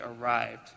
arrived